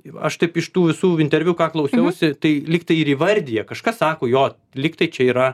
ir aš taip iš tų visų interviu kai klausiausi tai lyg tai ir įvardija kažkas sako jo lyg tai čia yra